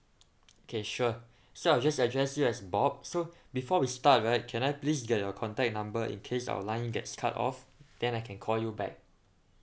K sure so I'll just address you as bob so before we start right can I please get your contact number in case our line gets cut off then I can call you back